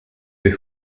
des